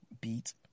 beat